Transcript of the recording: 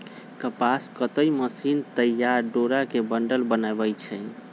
कपास कताई मशीन तइयार डोरा के बंडल बनबै छइ